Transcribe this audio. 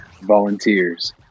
volunteers